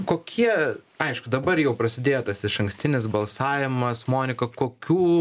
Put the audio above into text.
kokie aišku dabar jau prasidėjo tas išankstinis balsavimas monika kokių